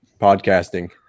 podcasting